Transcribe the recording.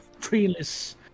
treeless